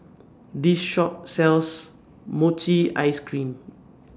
This Shop sells Mochi Ice Cream